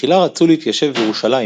בתחילה רצו להתיישב בירושלים,